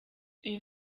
une